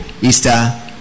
Easter